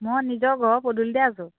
মই নিজৰ ঘৰৰ পদূলিতে আছোঁ